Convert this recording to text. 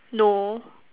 no